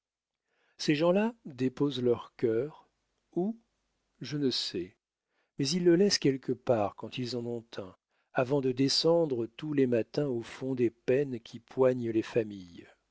ces gens-là déposent leur cœur où je ne sais mais ils le laissent quelque part quand ils en ont un avant de descendre tous les matins au fond des peines qui poignent les familles